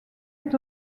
est